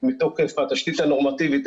מתוקף התשתית הנורמטיבית,